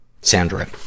Sandra